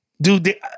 Dude